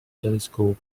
telescope